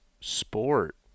sport